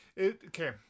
Okay